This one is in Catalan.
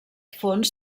fons